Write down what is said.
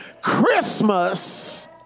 christmas